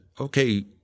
okay